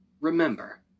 Remember